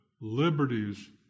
liberties